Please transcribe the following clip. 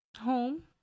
Home